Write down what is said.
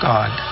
God